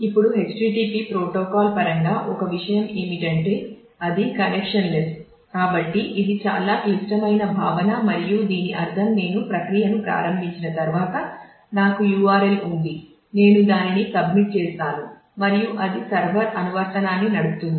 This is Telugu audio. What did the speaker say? ఇప్పుడు http ప్రోటోకాల్ పరంగా ఒక విషయం ఏమిటంటే అది కనెక్షన్లెస్ ఎంచుకొని నాకు HTML ను తిరిగి ఇస్తుంది http లూప్ మూసివేయబడుతుంది